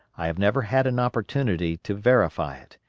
i have never had an opportunity to verify it.